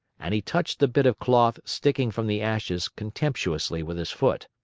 and he touched the bit of cloth sticking from the ashes contemptuously with his foot.